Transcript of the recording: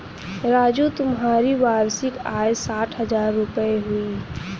राजू तुम्हारी वार्षिक आय साठ हज़ार रूपय हुई